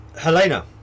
Helena